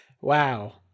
wow